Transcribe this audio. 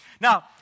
Now